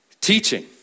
teaching